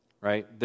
right